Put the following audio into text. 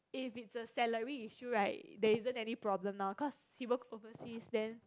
if it's a salary issue right there isn't any problem now cause he works overseas then